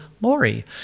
Lori